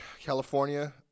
California